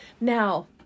Now